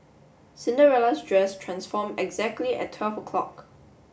Cinderella's dress transformed exactly at twelve o'clock